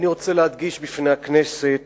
אני רוצה להדגיש בפני הכנסת